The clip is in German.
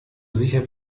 sicher